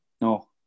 No